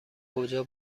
کجا